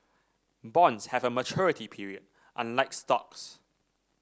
bonds have a maturity period unlike stocks